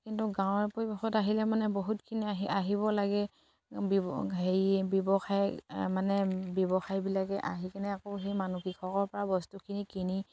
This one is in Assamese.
কিন্তু গাঁৱৰ পৰিৱেশত আহিলে মানে বহুতখিনি আহি আহিব লাগে হেৰিয়ে ব্যৱসায় মানে ব্যৱসায়বিলাকে আহি কিনে আকৌ সেই মানুহ কৃষকৰ পৰা বস্তুখিনি কিনি